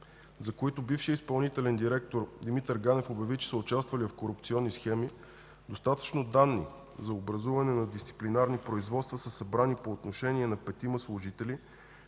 за които бившият изпълнителен директор Димитър Ганев обяви, че са участвали в корупционни схеми, достатъчно данни за образуване на дисциплинарни производства са събрани по отношение на петима служители.